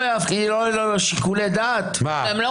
מה אתה רוצה, שופט רובוט, שלא יהיו לו שיקולי דעת?